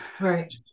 Right